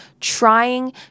trying